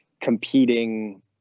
competing